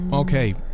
Okay